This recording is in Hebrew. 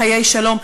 חיי שלום.